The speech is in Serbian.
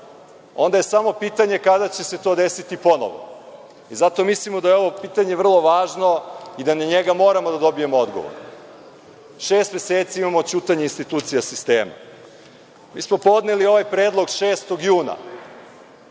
onda je samo pitanje kada će se to desiti ponovo i zato mislimo da je ovo pitanje vrlo važno i da na njega moramo da dobijemo odgovor. Šest meseci imamo ćutanja institucija sistema. Mi smo podneli ovaj predlog 6. juna,